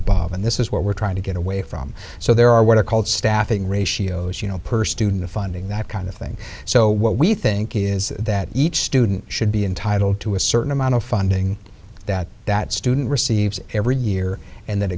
above and this is what we're trying to get away from so there are what are called staffing ratios you know per student funding that kind of thing so what we think is that each student should be entitled to a certain amount of funding that that student receives every year and th